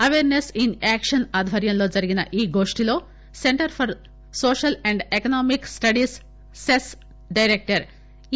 appear CESS in action ఆధ్వర్యంలో జరిగిన ఈ గోష్టిలో centre for social and economic studies CESS director ఈ